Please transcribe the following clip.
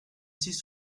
six